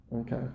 Okay